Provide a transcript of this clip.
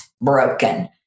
broken